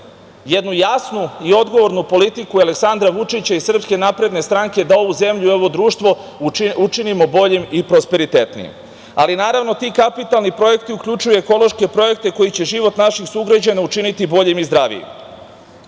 jednu jasnu i odgovornu politiku Aleksandra Vučića i SNS da ovu zemlju i ovo društvo učinimo boljim i prosperitetnijim. Naravno ti kapitalni projekti uključuju i ekološke projekte koji će život naših sugrađana učiniti boljim i zdravijim. Sve